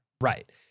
Right